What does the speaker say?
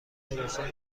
نوشتن